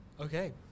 Okay